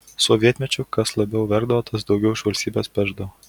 sovietmečiu kas labiau verkdavo tas daugiau iš valstybės pešdavo